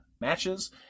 matches